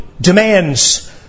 demands